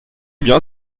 bien